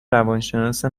روانشناس